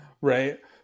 Right